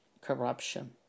corruption